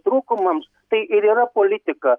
trūkumams tai ir yra politika